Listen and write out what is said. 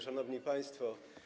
Szanowni Państwo!